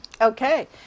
okay